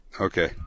okay